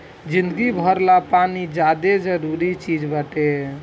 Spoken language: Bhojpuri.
जिंदगी भर ला पानी ज्यादे जरूरी चीज़ बाटे